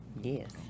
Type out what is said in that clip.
yes